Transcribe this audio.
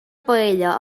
paella